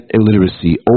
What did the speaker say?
illiteracy